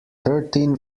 thirteen